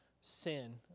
sin